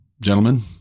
Gentlemen